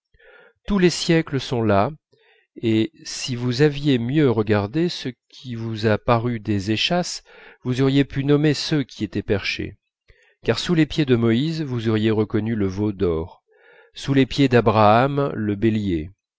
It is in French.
tous les siècles sont là et si vous aviez mieux regardé ce qui vous a paru des échasses vous auriez pu nommer ceux qui y étaient perchés car sous les pieds de moïse vous auriez reconnu le veau d'or sous les pieds d'abraham le bélier